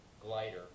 glider